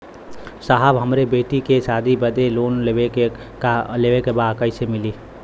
साहब हमरे बेटी के शादी बदे के लोन लेवे के बा कइसे मिलि?